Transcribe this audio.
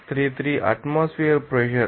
033 atmosphere pressure